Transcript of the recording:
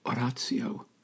oratio